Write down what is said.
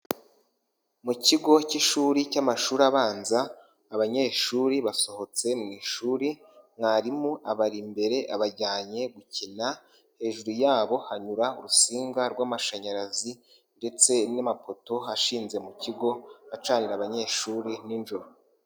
Mu kigo k'ishuri cy'amashuri abanza, abanyeshuri basohotse mu ishuri, mwarimu abari imbere abajyanye gukina, hejuru yabo hanyura urusinga rw'amashanyarazi, ndetse n'amapoto ashinze mu kigo acanirira abanyeshuri ninjoro.